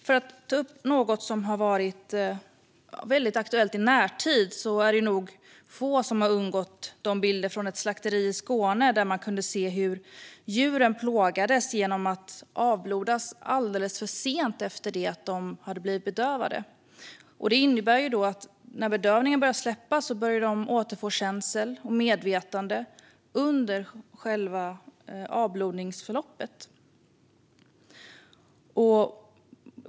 För att ta upp något som har varit väldigt aktuellt i närtid är det nog få som har undgått de bilder från ett slakteri i Skåne där man kunde se hur djuren plågades genom att avblodas alldeles för sent efter att ha blivit bedövade. Det innebär att när bedövningen börjat släppa har djuren börjat återfå känsel och medvetande under själva avblodningsförloppet.